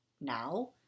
now